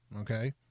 Okay